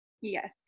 Yes